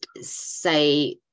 say